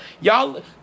Y'all